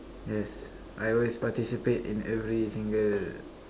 yes I always participate in every single